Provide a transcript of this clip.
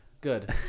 Good